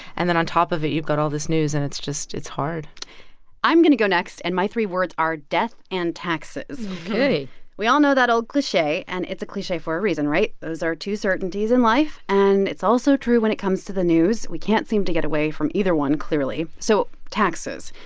and then, on top of it, you've got all this news. and it's just it's hard i'm going to go next. and my three words are death and taxes ok we all know that old cliche. and it's a cliche for a reason, right? those are two certainties in life. and it's also true when it comes to the news. we can't seem to get away from either one, clearly. so taxes.